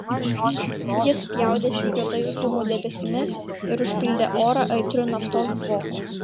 jis spjaudėsi juodais dūmų debesimis ir užpildė orą aitriu naftos dvoku